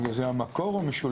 רגע, זה המקור או משולב?